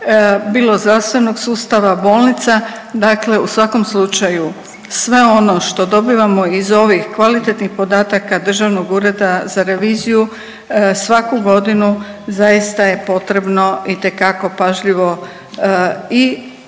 bilo zdravstvenog sustava, bolnica, dakle u svakom slučaju sve ono što dobivamo iz ovih kvalitetnih podataka Državnog ureda za reviziju svaku godinu zaista je potrebno itekako pažljivo i